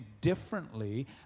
differently